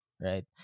right